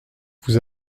vous